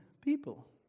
people